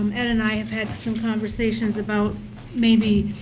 um ed and i have had some conversations about maybe